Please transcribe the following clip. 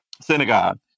synagogue